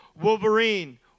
Wolverine